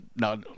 No